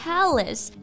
Palace